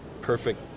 perfect